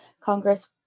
Congress